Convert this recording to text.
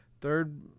Third